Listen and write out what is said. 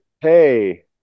Hey